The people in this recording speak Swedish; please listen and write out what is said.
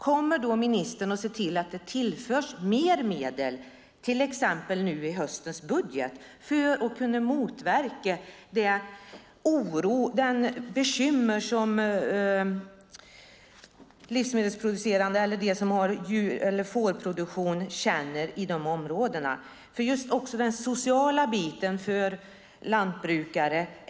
Kommer ministern att se till att det tillförs mer medel, till exempel i höstens budget, för att kunna motverka de bekymmer som de som har fårproduktion har i de områdena? Också den sociala biten är viktig för lantbrukare.